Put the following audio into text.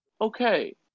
Okay